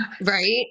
Right